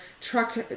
truck